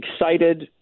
excited